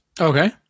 Okay